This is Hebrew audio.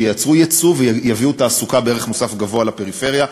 שייצרו יצוא ויביאו תעסוקה בערך מוסף גבוה לפריפריה,